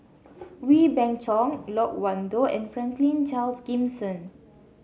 Wee Beng Chong Loke Wan Tho and Franklin Charles Gimson